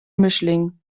mischling